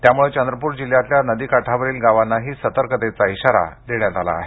त्यामुळे चंद्रपूर जिल्ह्यातल्या नदीकाठावरील गावांनाही सतर्कतेचा इशारा देण्यात आला आहे